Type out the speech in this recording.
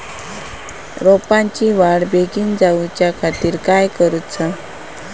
रोपाची वाढ बिगीन जाऊच्या खातीर काय करुचा?